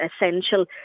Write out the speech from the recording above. essential